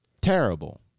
terrible